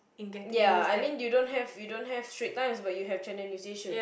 ya I mean you don't have you don't have Strait Times but you have Channel-News-Asia